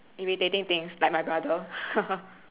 irritating things like my brother